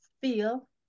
feel